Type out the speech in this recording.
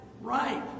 right